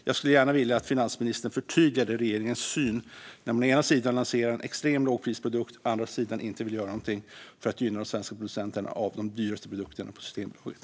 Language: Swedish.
Jag skulle gärna vilja att finansministern förtydligade regeringens syn när man å ena sidan lanserar en extrem lågprisprodukt och å andra sidan inte vill göra någonting för att gynna de svenska producenterna av de dyraste produkterna på Systembolaget.